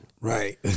Right